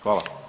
Hvala.